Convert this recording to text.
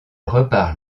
repart